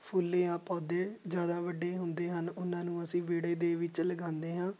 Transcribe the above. ਫੁੱਲ ਜਾਂ ਪੌਦੇ ਜ਼ਿਆਦਾ ਵੱਡੇ ਹੁੰਦੇ ਹਨ ਉਹਨਾਂ ਨੂੰ ਅਸੀਂ ਵਿਹੜੇ ਦੇ ਵਿੱਚ ਲਗਾਉਂਦੇ ਹਾਂ